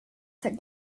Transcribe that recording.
för